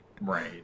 Right